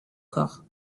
corps